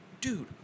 Dude